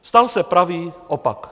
Stal se pravý opak.